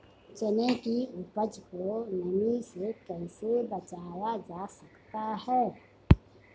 चने की उपज को नमी से कैसे बचाया जा सकता है?